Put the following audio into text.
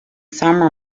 summer